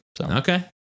okay